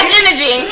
energy